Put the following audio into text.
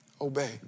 obey